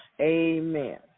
Amen